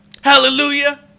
Hallelujah